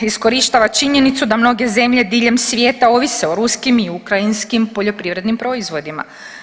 Iskorištava činjenicu da mnoge zemlje diljem svijeta ovise o ruskim i ukrajinskim poljoprivrednim proizvodima.